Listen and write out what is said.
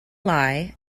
lie